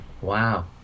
Wow